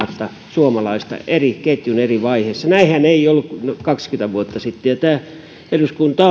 suomalaista ketjun eri vaiheissa näinhän ei ollut kaksikymmentä vuotta sitten eduskunta